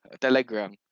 Telegram